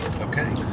Okay